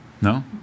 No